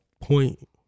point